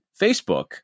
Facebook